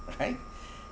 all right